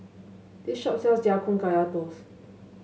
this shop sells Ya Kun Kaya Toast